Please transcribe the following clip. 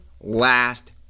last